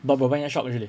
dah beberapa shock already